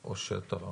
או שאתה חושב,